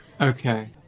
okay